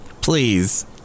Please